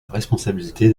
responsabilité